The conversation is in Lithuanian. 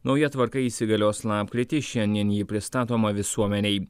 nauja tvarka įsigalios lapkritį šiandien ji pristatoma visuomenei